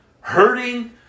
hurting